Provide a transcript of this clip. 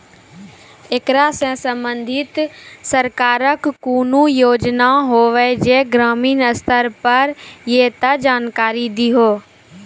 ऐकरा सऽ संबंधित सरकारक कूनू योजना होवे जे ग्रामीण स्तर पर ये तऽ जानकारी दियो?